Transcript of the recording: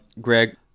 Greg